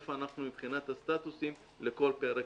איפה אנחנו מבחינת הסטטוסים לכל פרק